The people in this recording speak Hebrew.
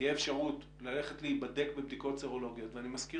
תהיה אפשרות ללכת להיבדק בבדיקות סרולוגיות ואני מזכיר